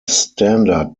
standard